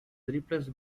replaced